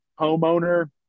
homeowner